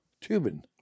tubing